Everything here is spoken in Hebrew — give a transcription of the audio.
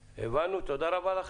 הבנו, תודה רבה לכם.